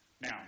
Now